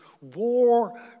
war